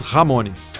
Ramones